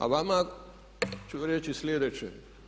A vama ću reći sljedeće.